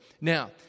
Now